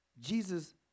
Jesus